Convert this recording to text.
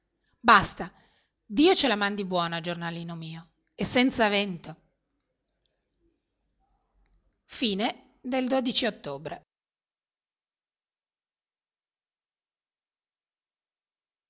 basta dio ce la mandi buona giornalino mio e senza vento ottobre